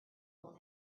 will